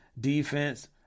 defense